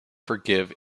forgive